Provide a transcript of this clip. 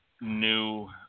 new